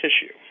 tissue